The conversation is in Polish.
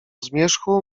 zmierzchu